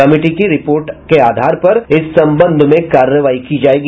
committee की report के आधार पर इस संबंध में कार्रवाई की जायेगी